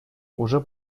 уже